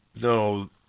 No